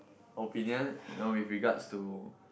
opinion no with regards to